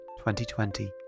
2020